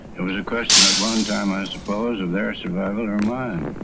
it was a question at one time i suppose of their survival or mine.